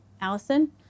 Allison